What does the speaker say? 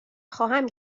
خواهم